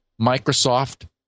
Microsoft